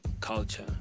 culture